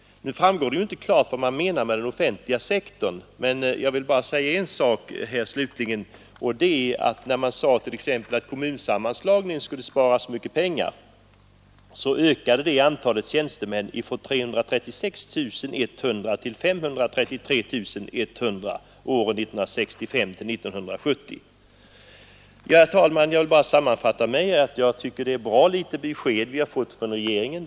Nu framgår det inte klart vad som menas med den offentliga sektorn. Men när det t.ex. sades att kommunsammanslagningen skulle spara så mycket pengar, så vill jag bara framhålla att den ökade antalet tjänstemän från 336 100 till 533 100 åren 1965—1970. Herr talman! Jag vill som sammanfattning säga att jag tycker att det är bra litet besked vi har fått från regeringen.